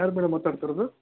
ಯಾರು ಮೇಡಮ್ ಮಾತಾಡ್ತಿರೋದು